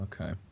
Okay